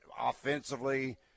Offensively